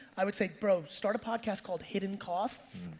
i would say, bro, start a podcast called hidden costs.